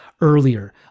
earlier